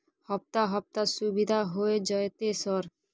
हफ्ता हफ्ता सुविधा होय जयते सर?